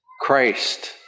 Christ